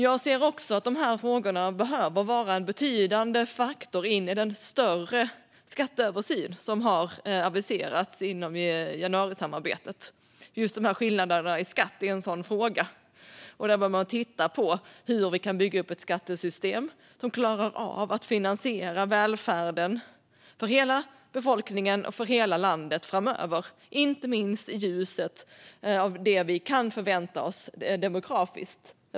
Jag ser också att de här frågorna behöver vara en betydande faktor i den större skatteöversyn som har aviserats inom januarisamarbetet. Skillnaderna i skatt är en sådan fråga, där man bör titta på hur vi kan bygga upp ett skattesystem som klarar att finansiera välfärden för hela befolkningen och hela landet framöver, inte minst i ljuset av det vi kan vänta oss demografiskt.